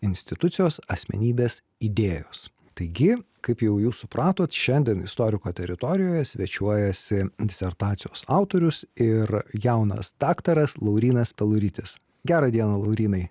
institucijos asmenybės idėjos taigi kaip jau jūs supratot šiandien istoriko teritorijoje svečiuojasi disertacijos autorius ir jaunas daktaras laurynas peluritis gerą dieną laurynai